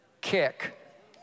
kick